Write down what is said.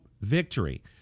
victory